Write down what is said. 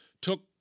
Took